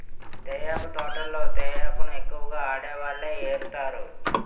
తేయాకు తోటల్లో తేయాకును ఎక్కువగా ఆడవాళ్ళే ఏరుతారు